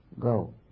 go